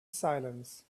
silence